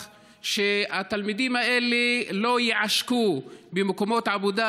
שהתלמידים האלה לא ייעשקו במקומות עבודה,